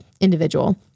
individual